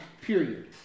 period